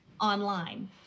online